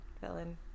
villain